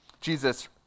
Jesus